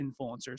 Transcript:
influencers